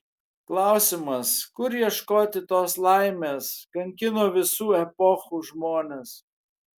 klausimas kur ieškoti tos laimės kankino visų epochų žmones